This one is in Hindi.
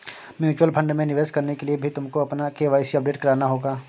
म्यूचुअल फंड में निवेश करने के लिए भी तुमको अपना के.वाई.सी अपडेट कराना होगा